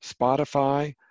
Spotify